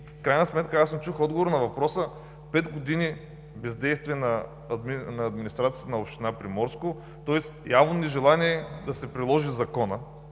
В крайна сметка, аз не чух отговора на въпроса – пет години бездействие на администрацията на община Приморско, тоест явно нежелание да се приложи Законът,